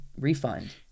refund